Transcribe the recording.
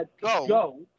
go